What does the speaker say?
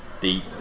deep